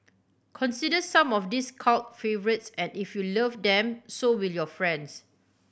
consider some of these cult favourites and if you love them so will your friends